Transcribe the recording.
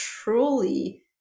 truly